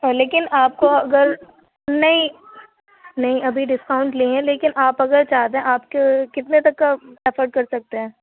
ہاں لیکن آپ کو اگر نہیں نہیں ابھی ڈسکاؤنٹ نہیں ہے لیکن آپ اگر چاہتے ہیں آپ کے کتنے تک کا افرڈ کر سکتے ہیں